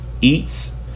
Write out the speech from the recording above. eats